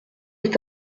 est